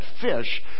fish